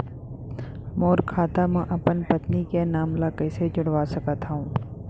मोर खाता म अपन पत्नी के नाम ल कैसे जुड़वा सकत हो?